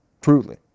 truly